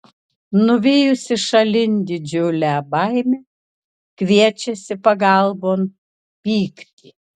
nuvijusi šalin didžiulę baimę kviečiasi pagalbon pyktį